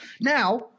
Now